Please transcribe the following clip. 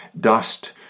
dust